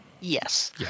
Yes